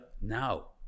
now